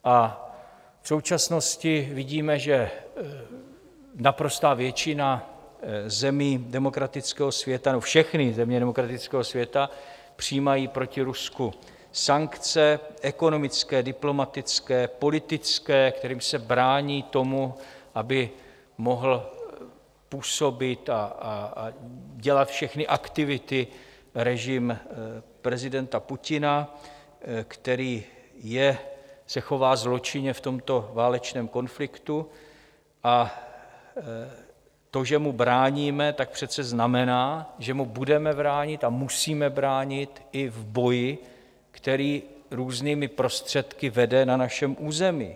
V současnosti vidíme, že naprostá většina zemí demokratického světa nebo všechny země demokratického světa přijímají proti Rusku sankce ekonomické, diplomatické, politické, kterými se brání tomu, aby mohl působit a dělat všechny aktivity režim prezidenta Putina, který se chová zločinně v tomto válečném konfliktu, a to, že mu bráníme, přece znamená, že mu budeme bránit a musíme bránit i v boji, který různými prostředky vede na našem území.